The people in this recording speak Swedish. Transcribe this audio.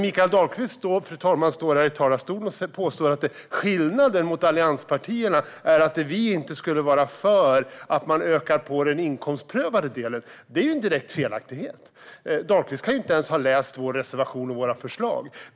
Mikael Dahlqvist står i talarstolen och påstår att skillnaden mot allianspartierna är att vi inte skulle vara för att öka på den inkomstprövade delen. Det är en direkt felaktighet. Dahlqvist kan inte ens ha läst vår reservation och våra förslag.